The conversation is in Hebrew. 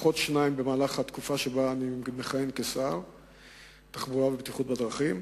לפחות שניים בתקופה שאני מכהן כשר התחבורה והבטיחות בדרכים,